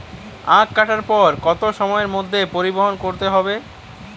আখ কাটার পর কত সময়ের মধ্যে পরিবহন করতে হবে?